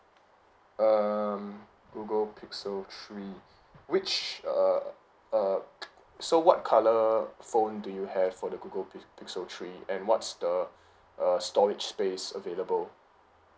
um google pixel three which err uh so what colour phone do you have for the google pi~ pixel three and what'S the uh storage space available